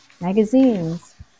magazines